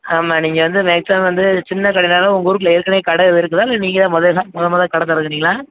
ஆமாம் நீங்கள் வந்து மேக்ஸிமம் வந்து சின்ன கடைன்னாலும் உங்க ஊருக்குள்ளே ஏற்கனவே கடை எதுவும் இருக்குதா இல்லை நீங்கள் தான் மொதல் இதாக மொதோல் மொதோல்க் கடை திறக்குறீங்களா